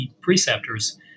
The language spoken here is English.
preceptors